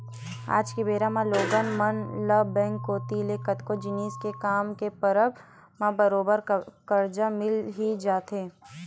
आज के बेरा म लोगन मन ल बेंक कोती ले कतको जिनिस के काम के परब म बरोबर करजा मिल ही जाथे